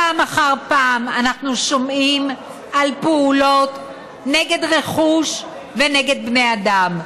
פעם אחר פעם אנחנו שומעים על פעולות נגד רכוש ונגד בני אדם,